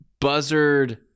Buzzard